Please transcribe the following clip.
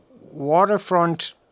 Waterfront